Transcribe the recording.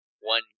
one